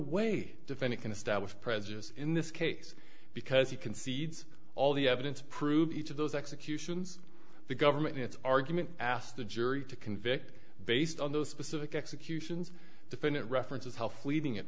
way defend it can establish a presence in this case because he concedes all the evidence prove each of those executions the government in its argument asked the jury to convict based on those specific executions definit references how fleeting it